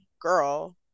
girl